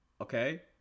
Okay